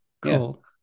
cool